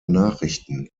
nachrichten